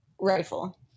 rifle